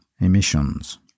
emissions